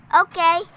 Okay